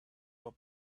were